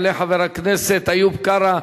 יעלה חבר הכנסת איוב קרא,